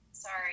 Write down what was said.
sorry